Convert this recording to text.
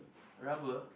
rubber